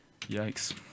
Yikes